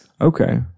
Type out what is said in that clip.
Okay